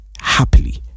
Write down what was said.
happily